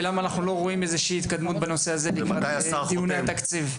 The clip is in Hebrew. ולמה אנחנו לא רואים איזו שהיא התקדמות בנושא הזה בגזרת דיוני התקציב?